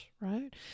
right